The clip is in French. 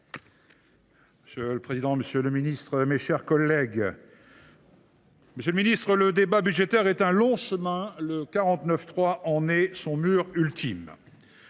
Monsieur le président, monsieur le ministre, mes chers collègues, le débat budgétaire est un long chemin ! Le 49.3 en est le mur ultime.